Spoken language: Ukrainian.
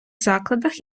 закладах